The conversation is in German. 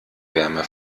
wärme